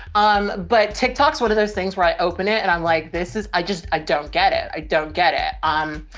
um, but tech talks one of those things where i open it and i'm like, this is, i just, i don't get it. i don't get it. um,